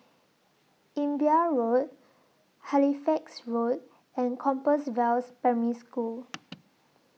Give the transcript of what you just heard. Imbiah Road Halifax Road and Compass Vales Primary School